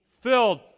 filled